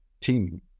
team